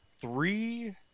three